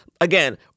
Again